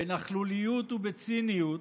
בנכלוליות ובציניות.